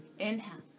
inhale